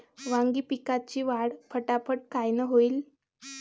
वांगी पिकाची वाढ फटाफट कायनं होईल?